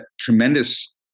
tremendous